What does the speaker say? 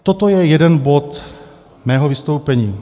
Toto je jeden bod mého vystoupení.